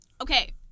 okay